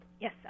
Yes